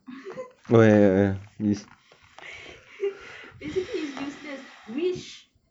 basically it's useless which